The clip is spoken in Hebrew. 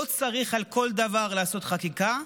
לא צריך על כל דבר לעשות חקיקה,